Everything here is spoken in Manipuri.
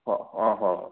ꯍꯣꯏ ꯑꯣ ꯍꯣꯏ